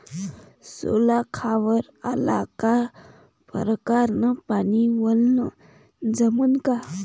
सोला खारावर आला का परकारं न पानी वलनं जमन का?